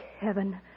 heaven